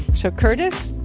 so curtis,